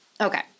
Okay